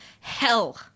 Hell